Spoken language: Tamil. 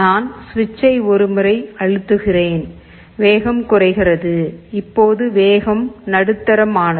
நான் சுவிட்சை ஒரு முறை அழுத்துகிறேன் வேகம் குறைகிறது இப்போது வேகம் நடுத்தரமானது